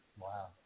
Wow